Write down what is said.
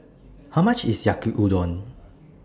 How much IS Yaki Udon